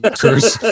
curse